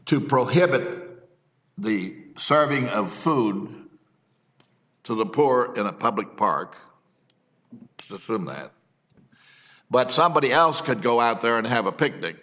to prohibit the serving of food to the poor in a public park from that but somebody else could go out there and have a picnic